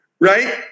right